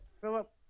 philip